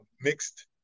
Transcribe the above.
mixed